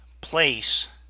place